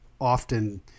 often